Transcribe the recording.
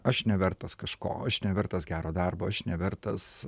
aš nevertas kažko aš nevertas gero darbo aš nevertas